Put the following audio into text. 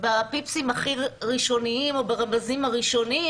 בפיפסים הכי ראשונים או ברמזים הראשונים,